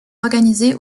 organisé